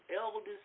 eldest